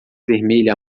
vermelha